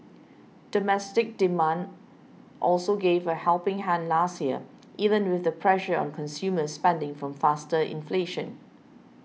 domestic demand also gave a helping hand last year even with the pressure on consumer spending from faster inflation